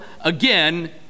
again